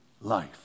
life